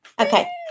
Okay